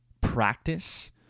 practice